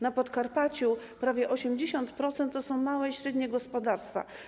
Na Podkarpaciu prawie 80% to są małe i średnie gospodarstwa.